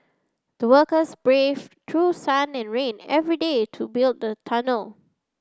the workers braved through sun and rain every day to build the tunnel